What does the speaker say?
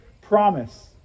promise